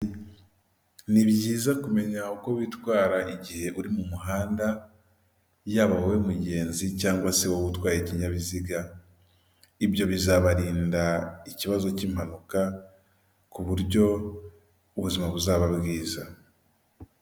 Ni byiza kumenya uko bitwara igihe uri mu muhanda yaba wowe mugenzi cyangwa se wowe utwaye ikinyabiziga, ibyo bizabarinda ikibazo cy'impanuka ku buryo ubuzima buzaba bwiza.